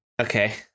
Okay